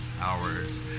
hours